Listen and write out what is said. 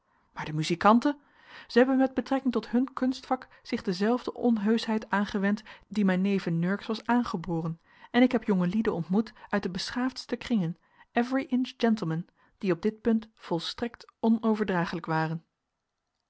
maar de muzikanten zij hebben met betrekking tot hun kunstvak zich dezelfde onheuschheid aangewend die mijnen neve nurks was aangeboren en ik heb jongelieden ontmoet uit de beschaafdste kringen every inch gentlemen die op dit punt volstrekt onoverdragelijk waren